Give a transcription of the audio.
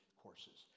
courses